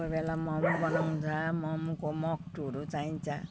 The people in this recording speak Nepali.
कोही बेला मम बनाउँदा ममको मक्टुहरू चाहिन्छ